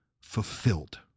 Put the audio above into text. fulfilled